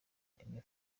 aime